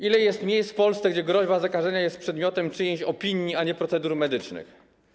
Ile jest miejsc w Polsce, gdzie groźba zakażenia jest przedmiotem czyjejś opinii, a nie procedur medycznych?